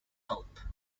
help